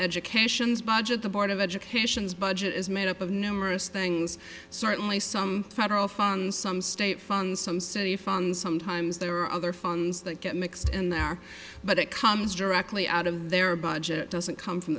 education's budget the board of education's budget is made up of numerous things certainly some federal funds some state funds some city funds sometimes there are other funds that get mixed in there but it comes directly out of their budget doesn't come from